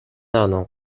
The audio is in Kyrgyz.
анын